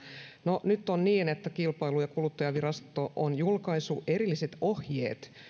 no nyt on niin että kilpailu ja kuluttajavirasto on julkaissut erilliset ohjeet